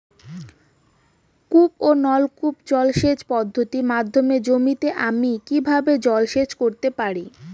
কূপ ও নলকূপ জলসেচ পদ্ধতির মাধ্যমে জমিতে আমি কীভাবে জলসেচ করতে পারি?